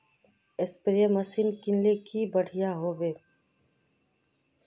Spray machine किनले की बढ़िया होबवे?